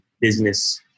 business